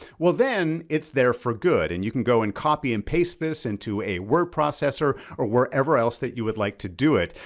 well, then it's there for good. and you can go and copy and paste this into a word processor or wherever else that you would like to do it.